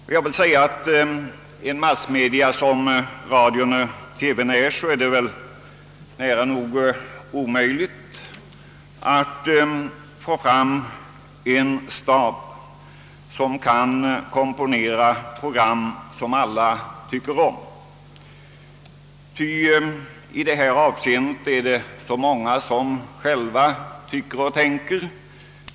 För sådana massmedia som radio och TV torde det vara nära nog omöjligt att skapa en medarbetarstab med förmåga att komponera program som alla tycker om. Det är ju så många som tycker och tänker själva.